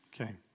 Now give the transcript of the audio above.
Okay